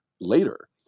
later